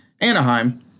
Anaheim